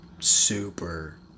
super